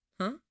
Huh